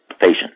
patient